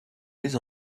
mes